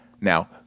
Now